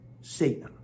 Satan